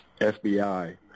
FBI